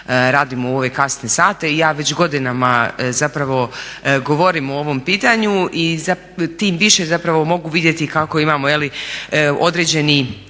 radimo u ove kasne sate i ja već godinama zapravo govorim o ovom pitanju i tim više zapravo mogu vidjeti kako imamo određeni